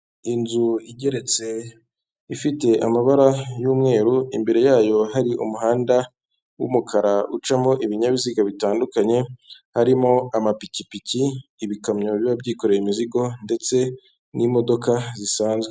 Inzu igeretse, ifite amabara y'umweru, imbere yayo hari umuhanda w'umukara ucamo ibinyabiziga bitandukanye, harimo amapikipiki, ibikamyo biba byikoreye imizigo ndetse n'imodoka zisanzwe.